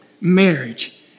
marriage